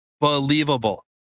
believable